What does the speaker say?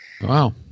Wow